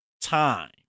time